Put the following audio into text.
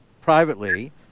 privately